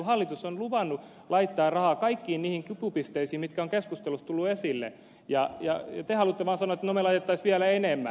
hallitus on luvannut laittaa rahaa kaikkiin niihin kipupisteisiin mitkä ovat keskustelussa tulleet esille ja te haluatte vaan sanoa että no me laittaisimme vielä enemmän